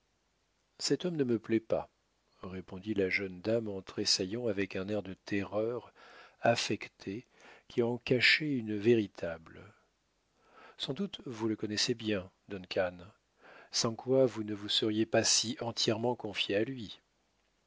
cet homme ne me plaît pas répondit la jeune dame en tressaillant avec un air de terreur affectée qui en cachait une véritable sans doute vous le connaissez bien duncan sans quoi vous ne vous seriez pas si entièrement confié à lui